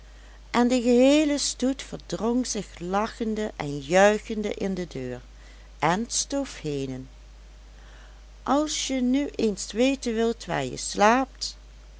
en de geheele stoet verdrong zich lachende en juichende in de deur en stoof henen als je nu eens weten wilt waar je slaapt